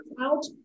out